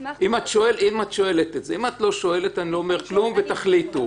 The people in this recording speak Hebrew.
אם את לא שואלת אני לא אומר כלום ותחליטו.